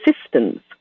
assistance